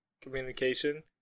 communication